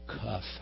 cuff